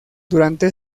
durante